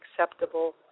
acceptable